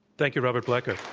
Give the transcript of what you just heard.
thank you, robert blecker.